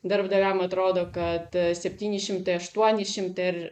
darbdaviam atrodo kad septyni šimtai aštuoni šimtai ar